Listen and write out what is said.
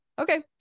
Okay